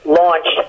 launch